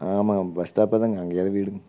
ஆமாங்க பஸ் ஸ்டாப்பில் தாங்க அங்கேயே தான் வீடுங்க